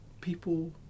people